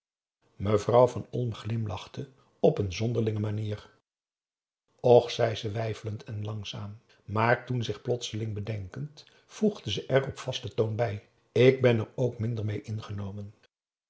mevrouw van olm glimlachte op n zonderlinge manier och zei ze weifelend en langzaam maar toen zich plotseling bedenkend voegde ze er op vasten toon bij ik ben er ook minder mêe ingenomen